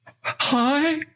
Hi